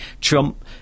Trump